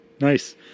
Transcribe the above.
Nice